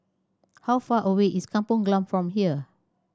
how far away is Kampong Glam from here